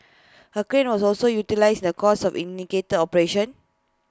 A crane was also utilised in the course of intricate operation